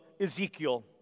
Ezekiel